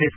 S